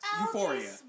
Euphoria